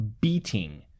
beating